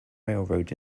railroad